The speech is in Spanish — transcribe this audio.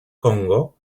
congo